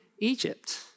Egypt